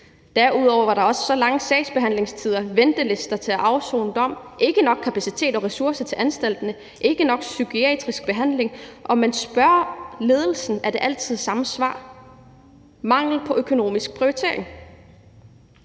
Derudover var der også lange sagsbehandlingstider, ventelister til at afsone dom, ikke nok kapacitet og ressourcer til anstalterne og ikke nok psykiatrisk behandling, og spørger man ledelsen, er det altid samme svar: mangel på økonomisk prioritering.